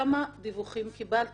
כמה דיווחים קיבלתם?